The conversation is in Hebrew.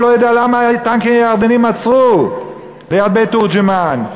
הוא לא יודע למה הטנקים הירדניים עצרו ליד בית-תורג'מן.